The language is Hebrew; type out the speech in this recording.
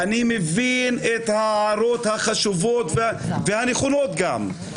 אני מבין את ההערות החשובות והנכונות גם,